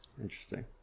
interesting